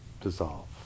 dissolve